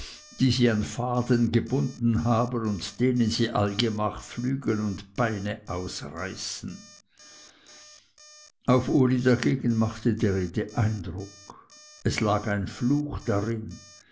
die sie an faden gebunden haben und denen sie allgemach flügel und beine ausreißen auf uli dagegen machte die rede eindruck es lag ein fluch darin